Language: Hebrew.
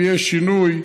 אם יהיה שינוי,